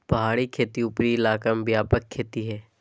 पहाड़ी खेती उपरी इलाका में व्यापक खेती हइ